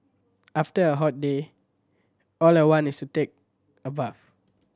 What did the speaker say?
after a hot day all I want is to take a bath